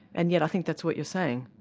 and yet i think that's what you're saying?